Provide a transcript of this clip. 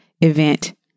event